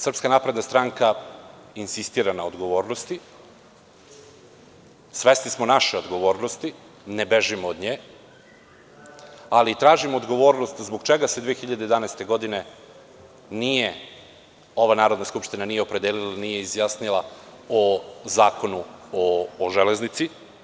Srpska napredna stranka insistira na odgovornosti, svesni smo naše odgovornosti, ne bežimo od nje, ali tražimo odgovornost zbog čega se 2011. godine nije ova Narodna skupština izjasnila o Zakonu o železnici.